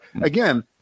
again